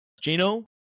Gino